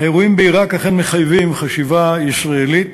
האירועים בעיראק אכן מחייבים חשיבה ישראלית.